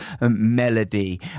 melody